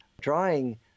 drawing